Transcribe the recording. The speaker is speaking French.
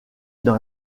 dans